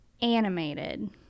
animated